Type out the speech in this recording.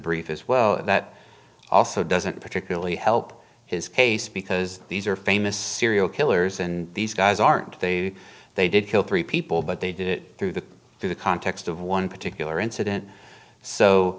brief as well that also doesn't particularly help his case because these are famous serial killers and these guys aren't they they did kill three people but they did it through the through the context of one particular incident so